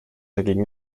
dagegen